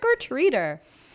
trick-or-treater